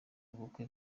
ubukwe